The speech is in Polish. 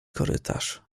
korytarz